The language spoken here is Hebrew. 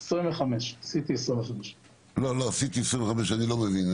CT של 25. לא, את זה אני לא מבין.